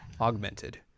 Augmented